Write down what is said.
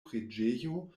preĝejo